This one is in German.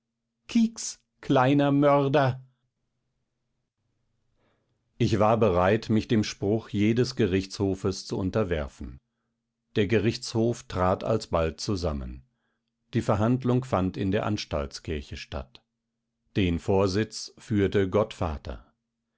kieks kleiner mörder ich war bereit mich dem spruch jedes gerichtshofes zu unterwerfen der gerichtshof trat alsbald zusammen die verhandlung fand in der anstaltskirche statt den vorsitz führte gottvater